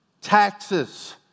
taxes